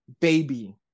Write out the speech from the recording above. baby